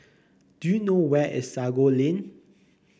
do you know where is Sago Lane